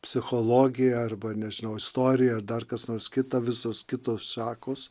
psichologija arba ar nežinau istorijoje dar kas nors kita visos kitos šakos